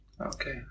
Okay